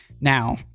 Now